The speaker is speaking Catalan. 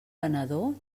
venedor